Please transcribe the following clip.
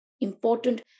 important